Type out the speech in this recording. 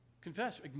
confess